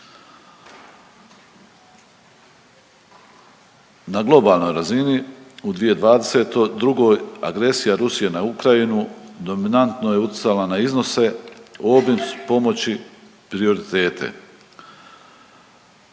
Na globalnoj razini u 2022. agresija Rusije na Ukrajinu dominantno je utjecala na iznose, obim pomoći, prioritete.